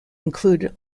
include